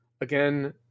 again